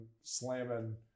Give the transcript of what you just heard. slamming